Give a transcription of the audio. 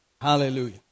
Hallelujah